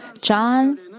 John